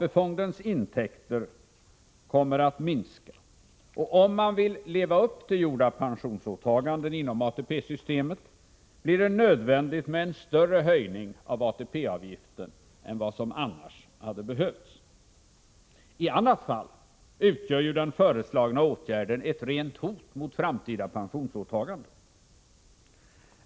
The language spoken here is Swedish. AP-fondens intäkter kommer att minska, och om man vill leva upp till gjorda pensionsåtaganden inom ATP-systemet blir det nödvändigt med en större höjning av ATP-avgiften än vad som eljest hade behövts. I annat fall utgör den föreslagna åtgärden ett rent hot mot framtida pensionsåtaganden.